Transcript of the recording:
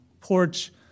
porch